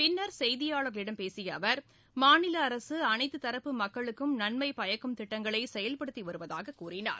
பின்னர் செய்தியாளர்களிடம் பேசிய அவர் மாநில அரசு அனைத்து தரப்பு மக்களுக்கும் நன்மை பயக்கும் திட்டங்களை செயல்படுத்தி வருவதாக கூறினார்